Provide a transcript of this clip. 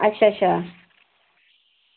अच्छा अच्छा